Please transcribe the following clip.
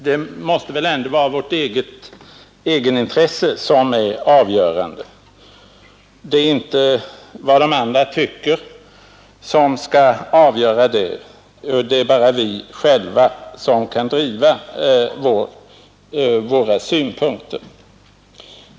Det måtte väl ändå vara vårt egenintresse och inte vad de andra tycker som skall vara avgörande. Det är ju bara vi själva som kan driva våra egna synpunkter.